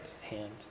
hand